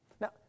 Now